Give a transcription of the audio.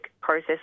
process